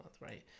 right